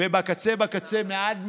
ובקצה בקצה עד מיליארד,